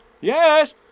Yes